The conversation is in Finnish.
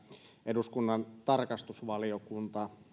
eduskunnan tarkastusvaliokunta